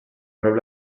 prop